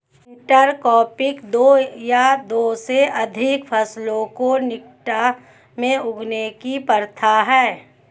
intercropping दो या दो से अधिक फसलों को निकटता में उगाने की प्रथा है